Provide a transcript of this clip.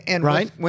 right